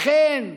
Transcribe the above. לכן,